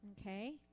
okay